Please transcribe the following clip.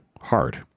hard